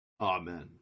amen